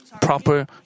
proper